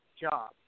job